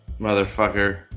Motherfucker